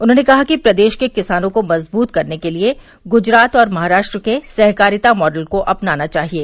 उन्होंने कहा कि प्रदेश के किसानों को मजबूत करने के लिये गुजरात और महाराष्ट्र के सहकारिता मॉडल को अपनाना चाहिये